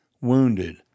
wounded